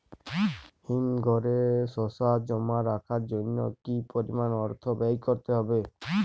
হিমঘরে শসা জমা রাখার জন্য কি পরিমাণ অর্থ ব্যয় করতে হয়?